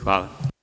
Hvala.